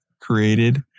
created